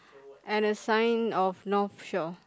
and a sign of North Shore